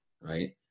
right